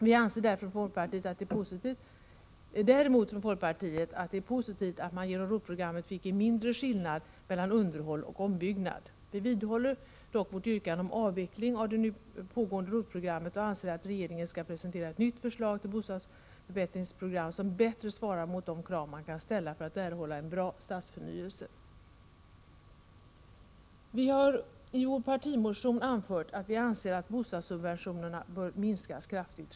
Vi anser däremot från folkpartiet att det är positivt att det genom ROT-programmet blev en mindre skillnad mellan underhåll och ombyggnad. Vi vidhåller dock vårt yrkande om avveckling av det nu pågående ROT programmet och anser att regeringen skall presentera ett nytt förslag till bostadsförbättringsprogram som bättre svarar mot de krav man kan ställa för att erhålla en bra stadsförnyelse. Vi har i vår partimotion anfört att vi anser att bostadssubventionerna bör minskas kraftigt.